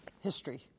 history